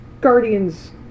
guardians